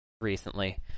recently